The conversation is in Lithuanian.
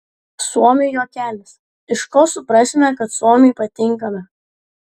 suomių juokelis iš ko suprasime kad suomiui patinkame